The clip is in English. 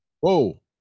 Whoa